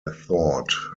thought